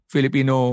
Filipino